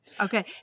Okay